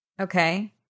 Okay